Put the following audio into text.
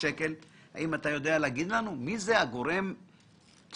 האם אתה יודע להגיד לנו מי זה "גורם 99"?